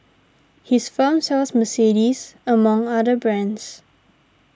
his firm sells Mercedes among other brands